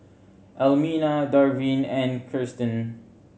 Elmina Darvin and Kiersten